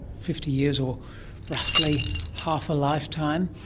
fifty years or roughly half a lifetime,